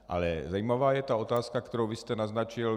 Ale zajímavá je ta otázka, kterou vy jste naznačil.